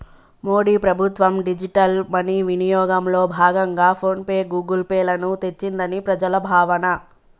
మోడీ ప్రభుత్వం digital money వినియోగంలో భాగంగా ఫోన్ పే, గూగుల్ పే లను తెచ్చిందని ప్రజల భావన